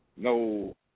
No